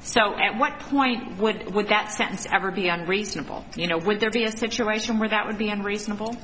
so at what point would what that sentence ever be unreasonable you know would there be a situation where that would be unreasonable